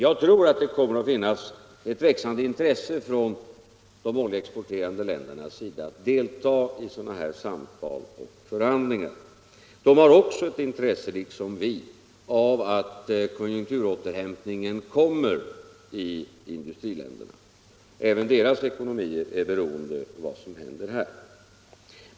Jag tror att det kommer att finnas ett växande intresse från de oljeexporterande ländernas sida att delta i sådana här samtal och förhandlingar. De har liksom vi ett intresse av att konjunkturåterhämtningen kommer i industriländerna. Även deras ekonomi är beroende av vad som händer här.